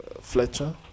Fletcher